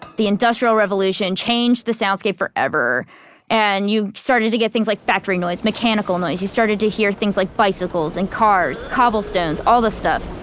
the industrial revolution changed the soundscape forever and you started to get things like factory noise, mechanical noise, you started to hear things like bicycles and cars, cobblestones, all this stuff.